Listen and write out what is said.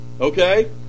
Okay